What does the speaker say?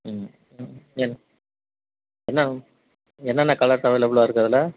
ம் ம் என் என்ன என்னென்ன கலர்ஸ் அவைலபிளாக இருக்குது அதில்